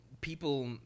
People